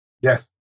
Yes